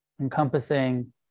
Encompassing